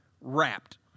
wrapped